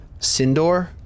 Sindor